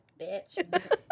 bitch